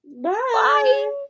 Bye